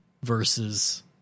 Versus